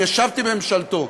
אני ישבתי בממשלתו,